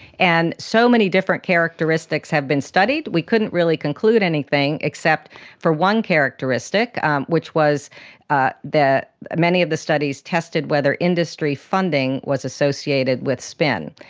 and so many different characteristics have been studied. we couldn't really conclude anything except for one characteristic um which was ah that many of the studies tested whether industry funding was associated with spin.